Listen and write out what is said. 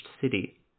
city